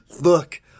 Look